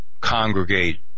congregate